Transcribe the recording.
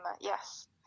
yes